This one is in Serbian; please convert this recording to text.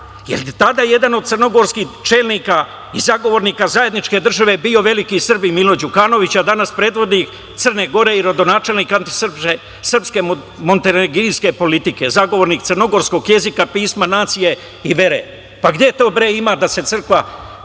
tada jedan od crnogorskih čelnika i zagovornika zajedničke države bio veliki Srbin Milo Đukanović, a danas predvodnik Crne Gore i rodonačelnika montenegrijiske politike i zagovornik crnogorskog jezika, pisma, nacije i vere. Gde to ima da se crkva,